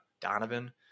Donovan